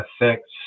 affects